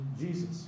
Jesus